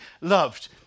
loved